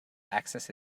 axis